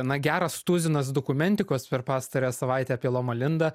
na geras tuzinas dokumentikos per pastarąją savaitę apie loma linda